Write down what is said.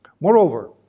Moreover